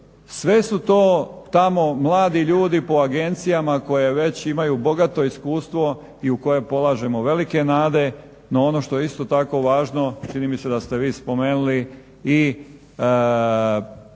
sve su to tamo mladi ljudi po agencijama koje već imaju bogato iskustvo i u koje polažemo velike nade. No, ono što je isto tako važno čini mi se da ste vi spomenuli i